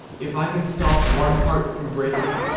if i can stop one heart from breaking,